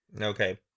Okay